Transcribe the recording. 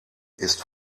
ist